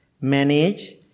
Manage